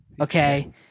Okay